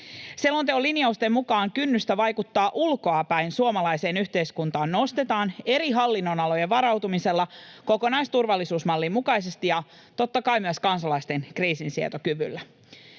Selonteon linjausten mukaan kynnystä vaikuttaa ulkoapäin suomalaiseen yhteiskuntaan nostetaan eri hallinnonalojen varautumisella kokonaisturvallisuusmallin mukaisesti ja totta kai myös kansalaisten kriisinsietokyvyllä.